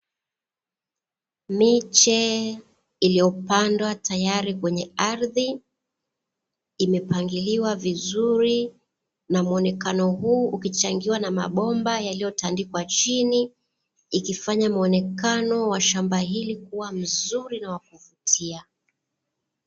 Miche iliyopandwa tayari kwenye ardhi, imepangiliwa vizuri na mwonekano huu ukichangiwa na mabomba yaliyotandikwa chini ikifanya mwonekano wa shamba hili kuwa mzuri na wa kuvutia.